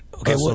Okay